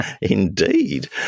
indeed